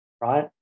right